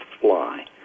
fly